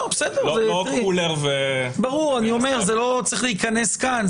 זה לא צריך להיכנס כאן?